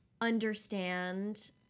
understand